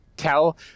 Tell